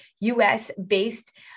US-based